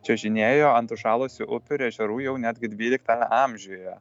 čiuožinėjo ant užšalusių upių ir ežerų jau netgi dvyliktame amžiuje